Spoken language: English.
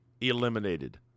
eliminated